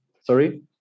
Sorry